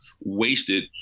wasted